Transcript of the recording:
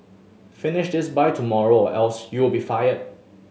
finish this by tomorrow or else you'll be fired